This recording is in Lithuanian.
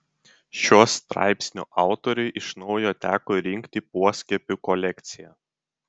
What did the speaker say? šio straipsnio autoriui iš naujo teko rinkti poskiepių kolekciją